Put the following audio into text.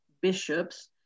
bishops